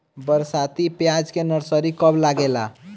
बरसाती प्याज के नर्सरी कब लागेला?